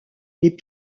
les